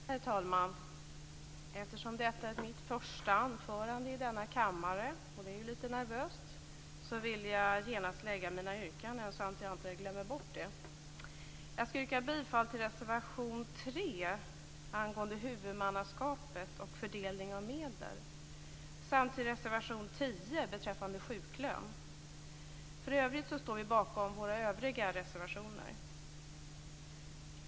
Herr talman! Eftersom detta är mitt första anförande i denna kammare, och det är lite nervöst, vill jag genast lägga mina yrkanden så att jag inte glömmer bort det. Jag yrkar bifall till reservation 3 angående huvudmannaskap och fördelning av medel samt till reservation 10 beträffande sjuklön. För övrigt står vi bakom våra övriga reservationer.